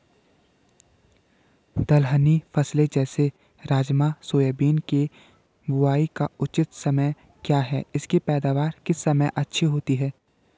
दलहनी फसलें जैसे राजमा सोयाबीन के बुआई का उचित समय क्या है इसकी पैदावार किस समय अच्छी होती है?